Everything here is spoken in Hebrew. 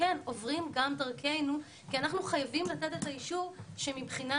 עוברים גם דרכנו כי אנחנו חייבים לתת את האישור שמבחינה